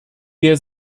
der